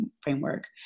framework